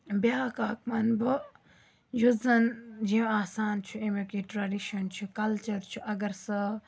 بیاکھ اَکھ وَنہٕ بہٕ یُس زَن یہِ آسان چھُ اَمیُک یہِ ٹریڈِشَن چھُ کَلچَر چھُ اگر سۄ